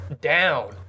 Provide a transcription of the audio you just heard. down